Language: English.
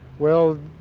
well,